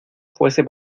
fuese